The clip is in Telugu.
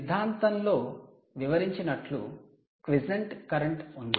సిద్ధాంతం లో వివరించినట్లు క్విసెంట్ కరెంట్ ఉంది